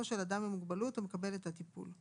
של אדם עם מוגבלות המקבל את הטיפול,